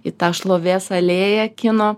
į tą šlovės alėją kino